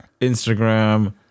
Instagram